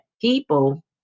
people